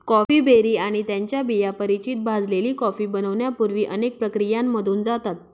coffee berry आणि त्यांच्या बिया परिचित भाजलेली कॉफी बनण्यापूर्वी अनेक प्रक्रियांमधून जातात